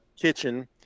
kitchen